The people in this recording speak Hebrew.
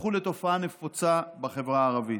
הפכו לתופעה נפוצה בחברה הערבית.